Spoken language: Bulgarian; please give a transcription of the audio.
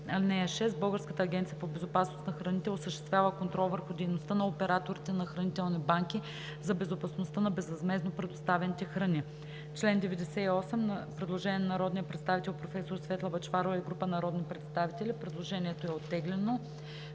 (6) Българската агенция по безопасност на храните осъществява контрол върху дейността на операторите на хранителни банки за безопасността на безвъзмездно предоставените храни.“ По чл. 98 има предложение на народния представител професор Светла Бъчварова и група народни представители. Предложението е оттеглено.